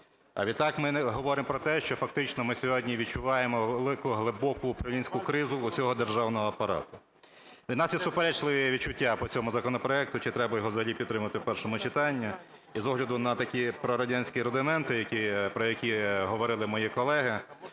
А відтак ми говоримо про те, що, фактично, ми сьогодні відчуваємо велику глибоку управлінську кризу всього державного апарату. І у нас є суперечливі відчуття по цьому законопроекту, чи треба його взагалі підтримувати в першому читанні. І з огляду на такі прорадянські рудименти, про які говорили мої колеги